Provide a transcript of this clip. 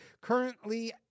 currently